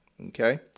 Okay